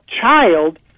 child